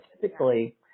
typically